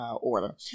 order